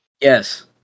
Yes